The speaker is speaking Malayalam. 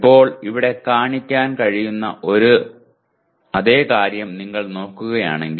ഇപ്പോൾ ഇവിടെ കാണിക്കാൻ കഴിയുന്ന അതേ കാര്യം നിങ്ങൾ നോക്കുകയാണെങ്കിൽ